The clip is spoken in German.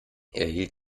erhielt